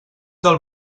del